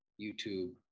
youtube